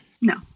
No